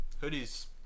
Hoodie's